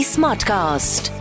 Smartcast